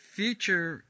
future